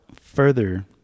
further